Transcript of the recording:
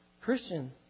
Christian